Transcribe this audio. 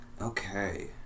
Okay